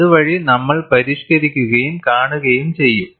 അതുവഴി നമ്മൾ പരിഷ്ക്കരിക്കുകയും കാണുകയും ചെയ്യും